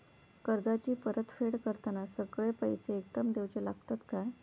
कर्जाची परत फेड करताना सगळे पैसे एकदम देवचे लागतत काय?